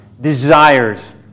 desires